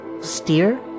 steer